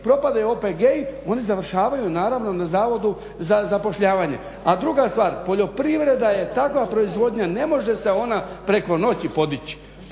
propadaju OPG-i oni završavaju na Zavodu za zapošljavanje. A druga stvar, poljoprivreda je takva proizvodnja ne može se ona preko noći podići,